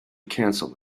cancel